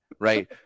right